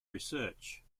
research